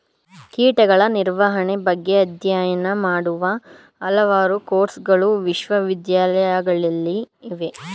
ಕೀಟಗಳ ನಿರ್ವಹಣೆ ಬಗ್ಗೆ ಅಧ್ಯಯನ ಮಾಡುವ ಹಲವಾರು ಕೋರ್ಸಗಳು ವಿಶ್ವವಿದ್ಯಾಲಯಗಳಲ್ಲಿವೆ